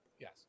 Yes